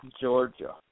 Georgia